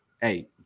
hey